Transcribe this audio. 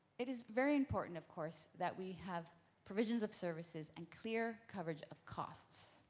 it is very important, of course, that we have provisions of services and clear coverage of costs.